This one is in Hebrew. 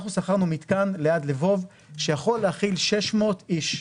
אנחנו שכרנו מתקן ליד לבוב שיכול להכיל 600 איש.